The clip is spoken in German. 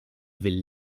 will